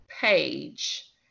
page